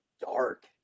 dark